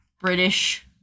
British